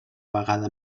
vegada